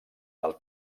del